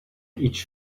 each